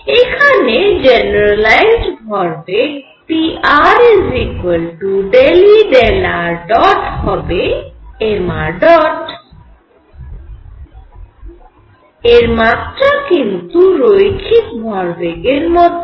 এখানে জেনেরালাইজড ভরবেগ pr ∂E∂ṙ হবে mṙ এর মাত্রা কিন্তু রৈখিক ভরবেগের মতই